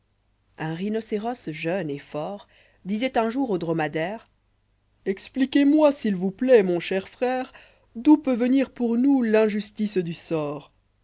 un rhinoçérosjeune et fort discïtun jour au dromadaire expliquez-moi s'il vous plaît mon cher frère d'où peut venir pour nousf l'injustice du sort